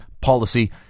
policy